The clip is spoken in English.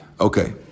okay